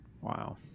Wow